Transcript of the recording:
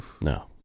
No